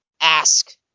ask